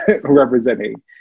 representing